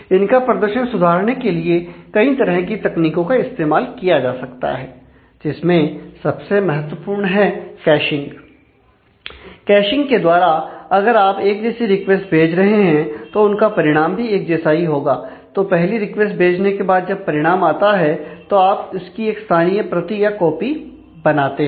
इनका प्रदर्शन सुधारने के लिए कई तरह की तकनीकों का इस्तेमाल किया जा सकता है जिसमें सबसे महत्वपूर्ण हैं कैशिंग बनाते हैं